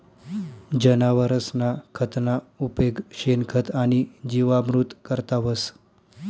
जनावरसना खतना उपेग शेणखत आणि जीवामृत करता व्हस